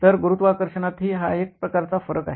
तर गुरुत्वाकर्षणातही हा एक प्रकारचा फरक आहे